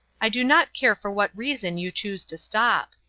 i do not care for what reason you choose to stop.